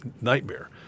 nightmare